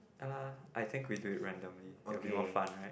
uh I think we do it randomly it will be more fun right